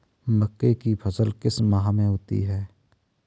मक्के की फसल किस माह में होती है?